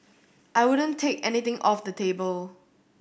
I wouldn't take anything off the table